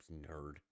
nerd